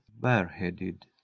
bareheaded